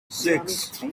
six